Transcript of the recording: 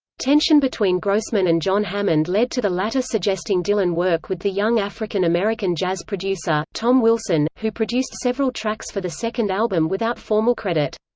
tension between grossman and john hammond led to the latter suggesting dylan work with the young african-american jazz producer, tom wilson, who produced several tracks for the second album without formal credit.